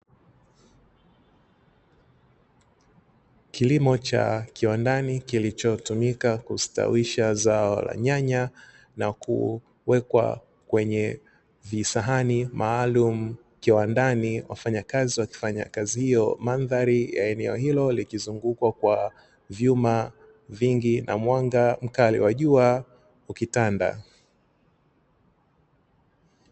Kilimo cha kiwandani Kilichotumika kustawisha zao la nyanya na kuwekwa kwenye visahani maalumu, kiwandani wafanyakazi wakifanya kazi hiyo, mandhari ya eneo hilo likizungukwa kwa vyuma vingi na mwanga mkali wa jua ukitanda.